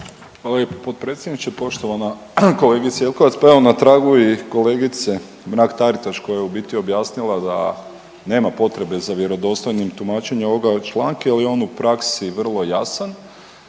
Hvala lijepo potpredsjedniče. Poštovana kolegice Jelkovac, pa evo na tragu i kolegice Mrak-Taritaš koja je u biti objasnila da nema potrebe za vjerodostojnim tumačenjem ovoga članka jel je on u praksi vrlo jasan